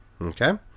Okay